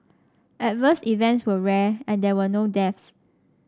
adverse events were rare and there were no deaths